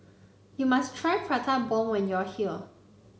you must try Prata Bomb when you are here